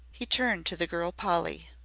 he turned to the girl polly.